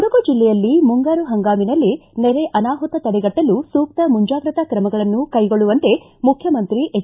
ಕೊಡಗು ಜಿಲ್ಲೆಯಲ್ಲಿ ಮುಂಗಾರು ಹಂಗಾಮಿನಲ್ಲಿ ನೆರೆ ಅನಾಹುತ ತಡೆಗಟ್ಟಲು ಸೂಕ್ತ ಮುಂಜಾಗ್ರತಾ ಕ್ರಮಗಳನ್ನು ಕ್ಕೆಗೊಳ್ಳುವಂತೆ ಮುಖ್ಯಮಂತ್ರಿ ಎಚ್